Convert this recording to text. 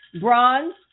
bronze